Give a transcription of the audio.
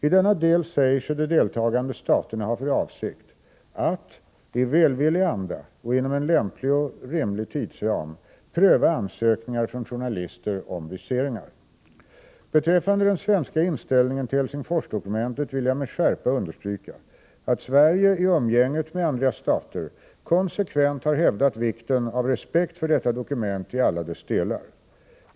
I denna del säger sig de deltagande staterna ha för avsikt att ”i välvillig anda och inom en lämplig och rimlig tidsram pröva ansökningar från journalister om viseringar”. Beträffande den svenska inställningen till Helsingforsdokumentet vill jag med skärpa understryka, att Sverige i umgänget med andra stater konsekvent har hävdat vikten av respekt för detta dokument i alla dess delar.